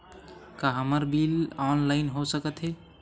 का हमर bill online हो सकत हे?